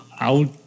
out